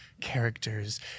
characters